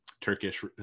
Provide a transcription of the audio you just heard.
Turkish